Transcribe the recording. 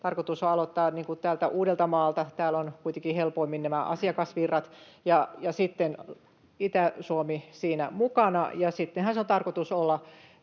Tarkoitus on aloittaa täältä Uudeltamaalta, täällä ovat kuitenkin helpoimmin nämä asiakasvirrat, ja sitten Itä-Suomi on siinä mukana, ja sittenhän sen on tarkoitus olla